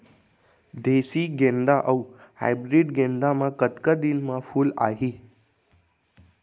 देसी गेंदा अऊ हाइब्रिड गेंदा म कतका दिन म फूल आही?